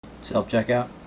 Self-checkout